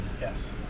Yes